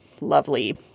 lovely